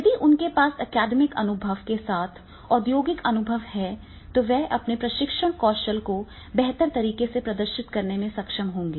यदि उनके पास अकादमिक अनुभव के साथ औद्योगिक अनुभव है तो वह अपने प्रशिक्षण कौशल को बहुत बेहतर तरीके से प्रदर्शित करने में सक्षम होंगे